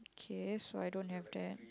okay so I don't have that